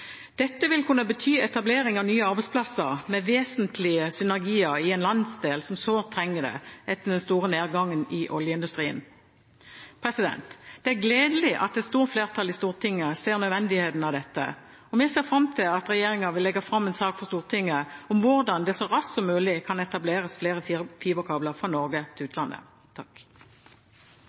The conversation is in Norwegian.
Dette vil kunne bety etablering av nye arbeidsplasser, med vesentlige synergier i en landsdel som sårt trenger det, etter den store nedgangen i oljeindustrien. Det er gledelig at et stort flertall i Stortinget ser nødvendigheten av dette, og vi ser fram til at regjeringen vil legge fram en sak for Stortinget om hvordan det så raskt som mulig kan etableres flere fiberkabler fra Norge til utlandet.